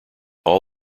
all